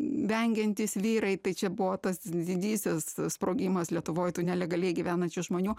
vengiantys vyrai tai čia buvo tas didysis sprogimas lietuvoj tų nelegaliai gyvenančių žmonių